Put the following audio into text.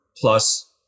plus